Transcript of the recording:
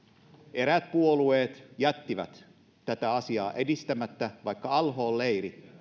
eräät puolueet jättivät tätä asiaa edistämättä vaikka al hol leiri